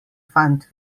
fant